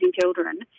children